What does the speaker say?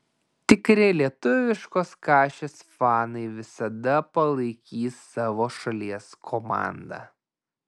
tikri lietuviškos kašės fanai visada palaikys savo šalies komandą